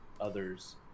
others